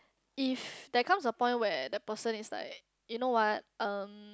if there comes a point where the person is like you know what um